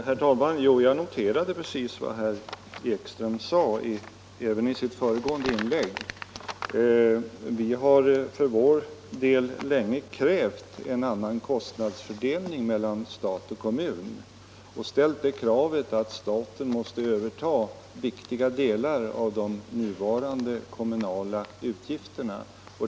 Herr talman! Jo, jag noterade precis vad herr Ekström sade även i det föregående inlägget. Vi har för vår del länge krävt en annan kostnadsfördelning mellan stat och kommun och ställt kravet att staten skall överta viktiga delar av de nuvarande kommunala utgifterna.